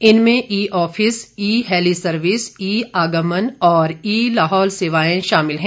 इनमें e office e heli service e आगमन और ई लाहौल सेवाएं शामिल है